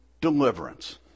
deliverance